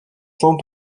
sont